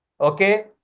okay